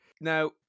Now